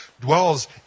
dwells